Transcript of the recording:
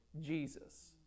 Jesus